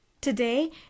today